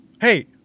hey